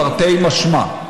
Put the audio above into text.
תרתי משמע.